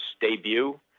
debut